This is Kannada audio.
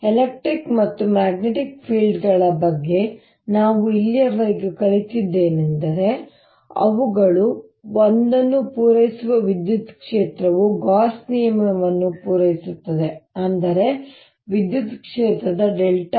ಎಲೆಕ್ಟ್ರಿಕ್ ಮತ್ತು ಮ್ಯಾಗ್ನೆಟಿಕ್ ಫೀಲ್ಡ್ಗಳ ಬಗ್ಗೆ ನಾವು ಇಲ್ಲಿಯವರೆಗೆ ಕಲಿತದ್ದು ಏನೆಂದರೆ ಅವುಗಳು ಒಂದನ್ನು ಪೂರೈಸುವ ವಿದ್ಯುತ್ ಕ್ಷೇತ್ರವು ಗಾಸ್ ನಿಯಮವನ್ನು ಪೂರೈಸುತ್ತದೆ ಅಂದರೆ ವಿದ್ಯುತ್ ಕ್ಷೇತ್ರದ ▽